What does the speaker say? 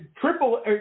Triple